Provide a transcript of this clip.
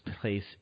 place